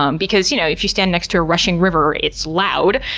um because, you know, if you stand next to a rushing river, it's loud.